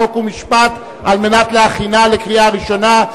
חוק ומשפט כדי להכינה לקריאה ראשונה.